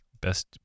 Best